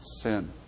sin